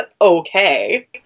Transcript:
okay